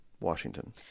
Washington